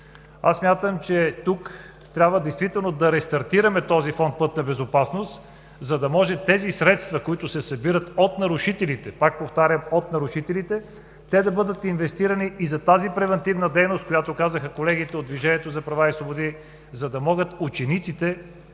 Аз смятам, че тук трябва да рестартираме този Фонд „Пътна безопасност“, за да може тези средства, които се събират от нарушителите, пак повтарям, от нарушителите, да бъдат инвестирани и за тази превантивна дейност, която казаха колегите от „Движението за права и свободи“, за да могат учениците да